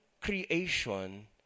creation